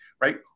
right